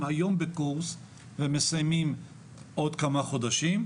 היום בקורס ומסיימים עוד כמה חודשים.